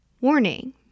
Warning